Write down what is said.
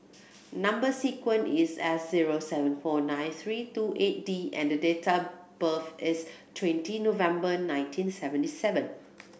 number sequence is S zero seven four nine three two eight D and the date of birth is twenty November nineteen seventy seven